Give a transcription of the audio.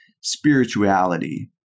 spirituality